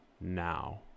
now